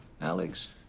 Alex